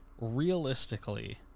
realistically –